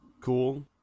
cool